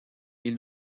ils